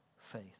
faith